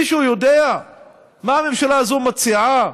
מישהו יודע מה הממשלה הזו מציעה?